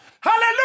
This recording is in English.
Hallelujah